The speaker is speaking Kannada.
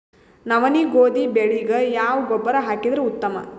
ನವನಿ, ಗೋಧಿ ಬೆಳಿಗ ಯಾವ ಗೊಬ್ಬರ ಹಾಕಿದರ ಉತ್ತಮ?